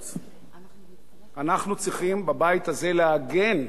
אנחנו צריכים בבית הזה להגן על שני ערוצי